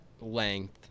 length